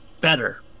better